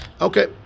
Okay